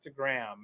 Instagram